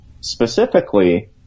specifically